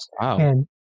Wow